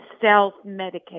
self-medicate